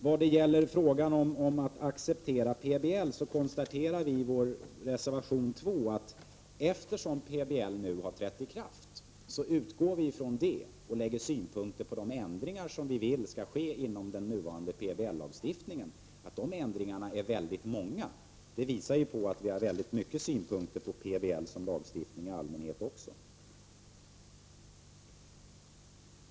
Vad gäller frågan om att acceptera PBL konstaterar vi i reservation 2 att eftersom PBL nu trätt i kraft utgår vi från det och framför synpunkter på de ändringar vi vill skall ske inom nuvarande PBL. De ändringarna är väldigt många. Det visar att vi har många synpunkter på PBL och på lagstiftningen i allmänhet.